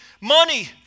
money